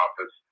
office